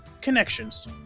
Connections